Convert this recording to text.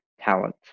talent